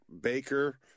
Baker –